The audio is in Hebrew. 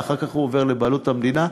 ואחר כך הוא עובר לבעלות המדינה.